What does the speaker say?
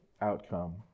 outcome